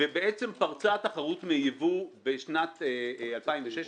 ובעצם פרצה התחרות מיבוא בסוף שנת 2016,